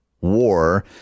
war